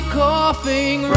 coughing